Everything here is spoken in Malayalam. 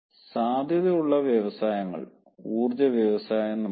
സാധ്യത ഉള്ള വ്യവസായങ്ങൾ ഊർജ്ജ വ്യവസായം നമുക്ക് നോക്കാം